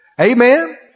Amen